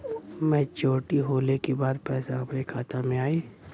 Maturity होले के बाद पैसा हमरे खाता में आई?